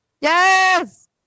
yes